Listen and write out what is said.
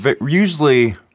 usually